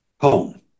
home